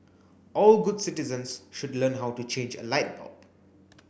all good citizens should learn how to change a light bulb